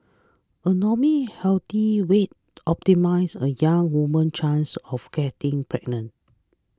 a normal healthy weight optimises a young woman's chance of getting pregnant